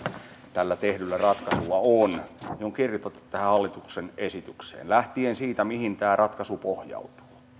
tällä tehdyllä ratkaisulla on ne on kirjoitettu tähän hallituksen esitykseen lähtien siitä mihin tämä ratkaisu pohjautuu